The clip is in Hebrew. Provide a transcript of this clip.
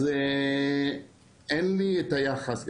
אז אין לי את היחס,